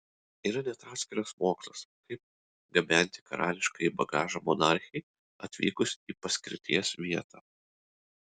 yra net atskiras mokslas kaip gabenti karališkąjį bagažą monarchei atvykus į paskirties vietą